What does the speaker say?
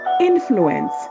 influence